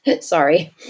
Sorry